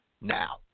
now